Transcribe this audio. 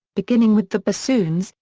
beginning with the bassoons,